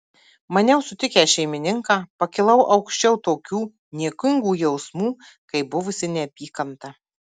maniau sutikęs šeimininką pakilau aukščiau tokių niekingų jausmų kaip buvusi neapykanta